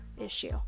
issue